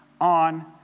on